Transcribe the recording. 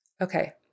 Okay